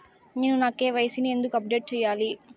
నేను నా కె.వై.సి ని ఎందుకు అప్డేట్ చెయ్యాలి?